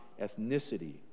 ethnicity